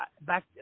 back